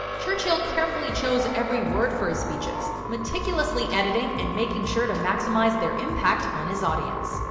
churchill carefully chose every word for speeches, meticuously editing and making sure to maximise their impact on his audience.